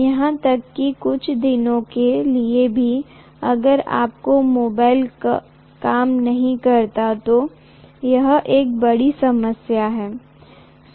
यहां तक कि कुछ दिनों के लिए भी अगर आपका मोबाइल काम नहीं करता है तो यह एक बड़ी समस्या है